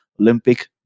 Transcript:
Olympic